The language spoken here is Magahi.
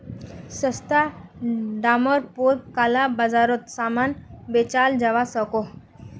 सस्ता डामर पोर काला बाजारोत सामान बेचाल जवा सकोह